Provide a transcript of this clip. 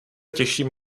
těším